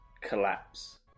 collapse